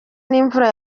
n’imvura